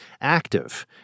active